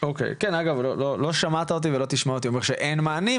לא שמעת אותי ולא תשמע אותי אומר שאין מענים,